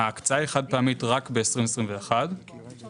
ההקצאה היא חד-פעמית רק ב-2021 והיא